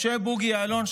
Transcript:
משה בוגי יעלון,